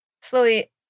slowly